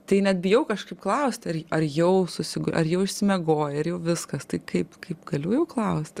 tai net bijau kažkaip klausti ar jau susigu ar jau išsimiegojai ar jau viskas taip kaip kaip galiu klaust